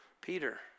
Peter